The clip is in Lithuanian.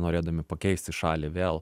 norėdami pakeisti šalį vėl